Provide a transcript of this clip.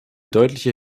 deutliche